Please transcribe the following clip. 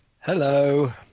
Hello